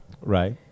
Right